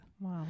Wow